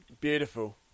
Beautiful